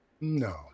No